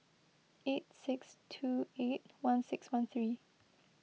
eight six two eight one six one three